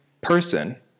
person